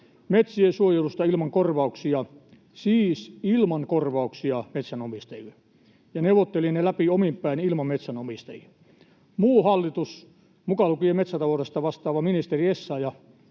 metsien suojelusta ilman korvauksia, siis ilman korvauksia metsänomistajille, ja neuvotteli ne läpi omin päin ilman metsänomistajia. Muu hallitus, mukaan lukien metsätaloudesta vastaava ministeri Essayah,